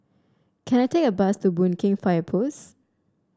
can I take a bus to Boon Keng Fire Post